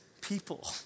people